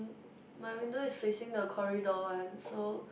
my window is facing the corridor one so